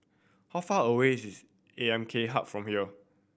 how far away is A M K Hub from here